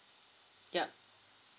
yup